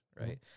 right